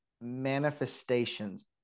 manifestations